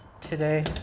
Today